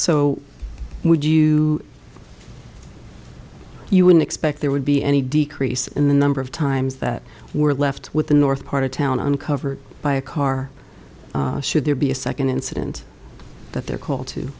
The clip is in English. so would you you wouldn't expect there would be any decrease in the number of times that we're left with the north part of town uncovered by a car should there be a second incident that they're cool too